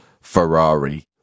Ferrari